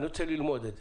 אני רוצה ללמוד את זה: